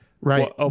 Right